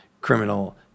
criminal